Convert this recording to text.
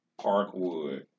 Parkwood